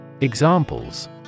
Examples